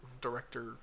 director